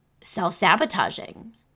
self-sabotaging